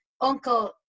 uncle